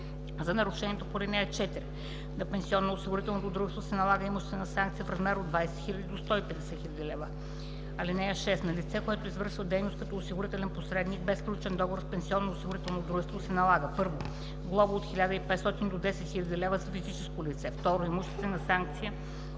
За нарушението по ал. 4 на пенсионноосигурителното дружество се налага имуществена санкция в размер от 20 000 до 150 000 лв. (6) На лице, което извършва дейност като осигурителен посредник без сключен договор с пенсионноосигурително дружество, се налага: 1. глоба от 1500 до 10 000 лв. – за физическо лице; 2. имуществена санкция